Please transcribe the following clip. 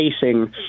Facing